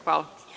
Hvala.